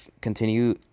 continue